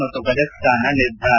ಮತ್ತು ಕಜಕ್ಸ್ತಾನ ನಿರ್ಧಾರ